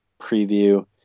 preview